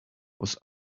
was